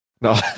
No